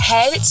Head